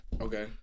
Okay